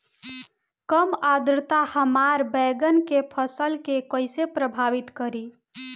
कम आद्रता हमार बैगन के फसल के कइसे प्रभावित करी?